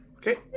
Okay